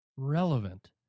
Relevant